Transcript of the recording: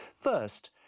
First